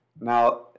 Now